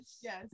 Yes